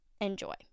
enjoy